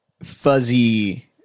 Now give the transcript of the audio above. fuzzy